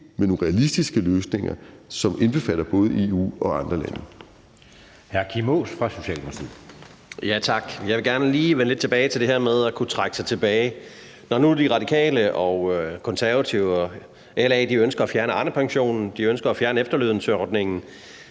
med nogle realistiske løsninger, som indbefatter både EU og andre lande.